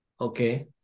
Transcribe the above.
Okay